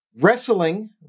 Wrestling